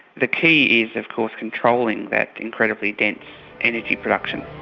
the key is, of course, controlling that incredibly dense energy production.